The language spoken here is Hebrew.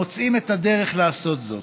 מוצאים את הדרך לעשות זאת.